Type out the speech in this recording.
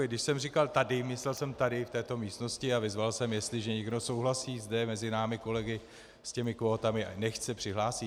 Když jsem myslel tady, myslel jsem tady v této místnosti a vyzval jsem, jestliže někdo souhlasí zde mezi námi kolegy s těmi kvótami, nechť se přihlásí.